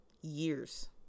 years